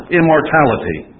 immortality